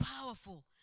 powerful